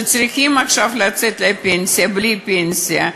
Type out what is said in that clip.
שצריכים עכשיו לצאת לפנסיה בלי פנסיה,